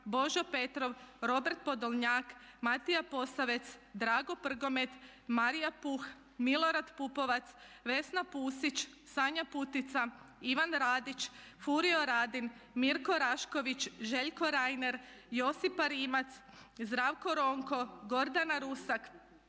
Božo Petrov, Robert Podolnjak, Matija Posavec, Drago Prgomet, Marija Puh, Milorad Pupovac, Vesna Pusić, Sanja Putica, Ivan Radić, Furio Radin, Mirko Rašković, Željko Reiner, Josipa Rimac, Zdravko Ronko, Gordana Rusak,